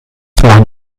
waren